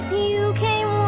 you came